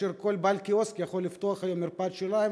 כאשר כל בעל קיוסק יכול היום לפתוח מרפאת שיניים,